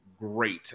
great